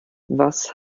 was